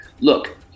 Look